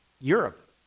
Europe